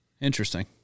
Interesting